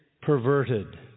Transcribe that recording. perverted